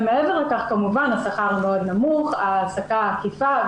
ומעבר לכך כמובן השכר המאוד נמוך, ההעסקה העקיפה.